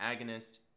agonist